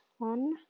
on